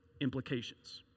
implications